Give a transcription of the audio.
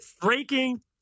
breaking